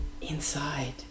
inside